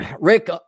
Rick